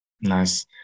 nice